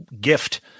gift